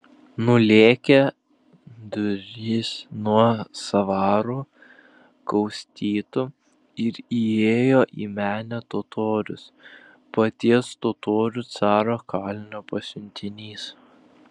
nulėkė durys nuo sąvarų kaustytų ir įėjo į menę totorius paties totorių caro kalino pasiuntinys